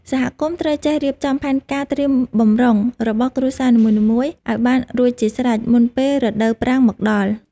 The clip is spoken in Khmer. សហគមន៍ត្រូវចេះរៀបចំផែនការត្រៀមបម្រុងរបស់គ្រួសារនីមួយៗឱ្យបានរួចជាស្រេចមុនពេលរដូវប្រាំងមកដល់។